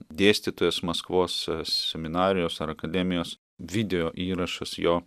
dėstytojas maskvos seminarijos ar akademijos video įrašas jo